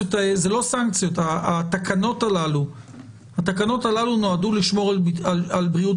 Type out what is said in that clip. זה לא סנקציות התקנות הללו נועדו לשמור על בריאות